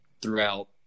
throughout